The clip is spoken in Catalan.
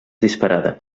disparada